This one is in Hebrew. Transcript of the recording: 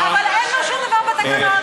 הממשלה בסוף לשאת דברים.